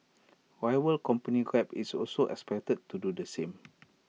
rival company grab is also expected to do the same